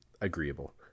agreeable